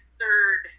third